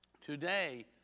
today